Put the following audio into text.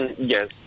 yes